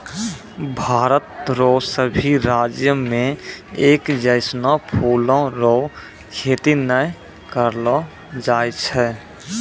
भारत रो सभी राज्य मे एक जैसनो फूलो रो खेती नै करलो जाय छै